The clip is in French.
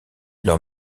leur